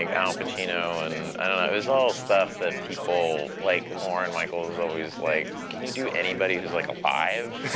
and al pacino. and i don't know, it was all stuff that people like lorne michaels is always like, can you do anybody who's like a five,